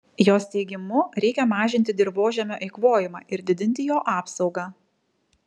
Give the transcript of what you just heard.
jos teigimu reikia mažinti dirvožemio eikvojimą ir didinti jo apsaugą